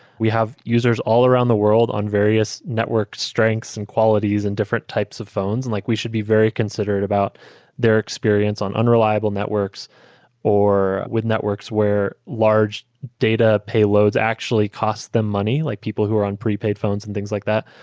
we have users all around the world on various network strengths and qualities and different types of phones. and like we should be very considerate about their experience on unreliable networks or with networks where large data payloads actually cost them money, like people who are on prepaid phones and things like that.